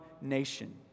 nation